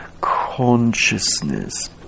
consciousness